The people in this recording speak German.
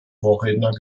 vorredner